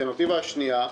האלטרנטיבה השנייה,